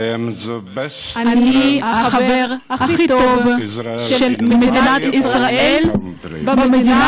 אני החבר הכי טוב של מדינת ישראל במדינה